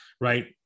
right